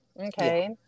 Okay